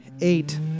eight